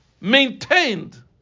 maintained